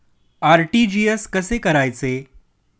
RTGS कसे करायचे?